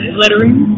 lettering